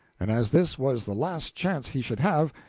and as this was the last chance he should have,